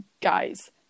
guys